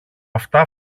αυτά